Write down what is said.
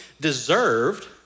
deserved